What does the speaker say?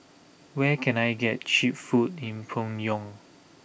where can I get cheap food in Pyongyang